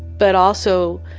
but also